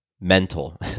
mental